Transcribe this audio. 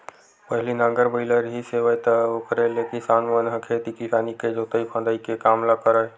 पहिली नांगर बइला रिहिस हेवय त ओखरे ले किसान मन ह खेती किसानी के जोंतई फंदई के काम ल करय